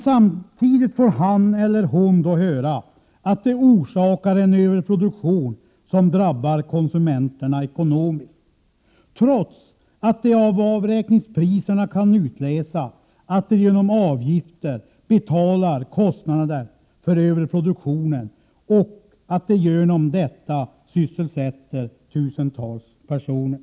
Samtidigt får han eller hon då höra att de orsakar en överproduktion som drabbar konsumenterna ekonomiskt, trots att de av avräkningspriserna kan utläsa att de genom avgifter betalar kostnaderna för överproduktionen och att de genom detta sysselsätter tusentals personer.